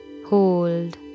hold